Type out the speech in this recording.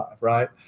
Right